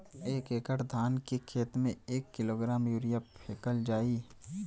एक एकड़ धान के खेत में क किलोग्राम यूरिया फैकल जाई?